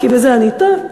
כי בזה אני טוב,